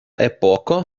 epoko